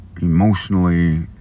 emotionally